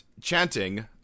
chanting